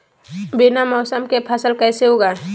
बिना मौसम के फसल कैसे उगाएं?